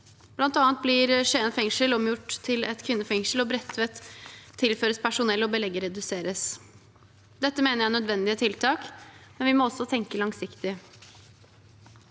Blant annet blir Skien fengsel omgjort til et kvinnefengsel, og Bredtveit tilføres personell mens belegget reduseres. Dette mener jeg er nødvendige tiltak, men vi må også tenke langsiktig.